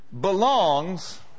belongs